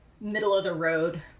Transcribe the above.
middle-of-the-road